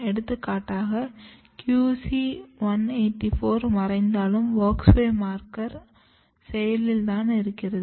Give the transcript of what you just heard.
எடுத்துக்காட்டாக QC 184 மறைந்தாலும் WOX 5 marker செயலில் தான் இருக்கிறது